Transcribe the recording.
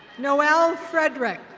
noel fredrick.